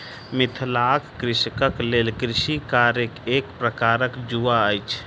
मिथिलाक कृषकक लेल कृषि कार्य एक प्रकारक जुआ अछि